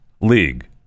league